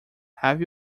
have